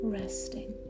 resting